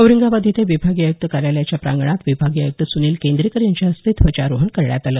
औरंगाबाद इथं विभागीय आय़क्त कार्यालयाच्या प्रांगणात विभागीय आय़क्त सुनील केंद्रेकर यांच्या हस्ते ध्वजारोहण करण्यात आलं